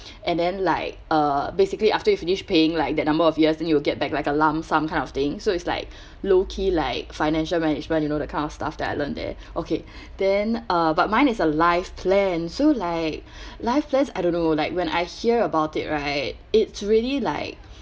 and then like uh basically after you finished paying like that number of years then you will get back like a lump sum kind of thing so it's like low key like financial management you know that kind of stuff that I learnt there okay then uh but mine is a life plan so like life plan I don't know like when I hear about it right it's really like